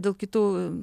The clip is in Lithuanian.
dėl kitų